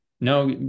no